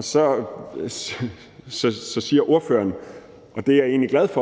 Så siger ordføreren, og det er jeg egentlig glad for,